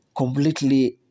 completely